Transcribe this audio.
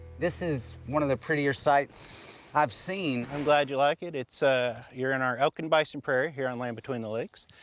this is one of the prettier sights i've seen. i'm glad you like it. ah you're in our elk and bison prairie here on land between the lakes.